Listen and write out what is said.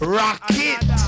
rocket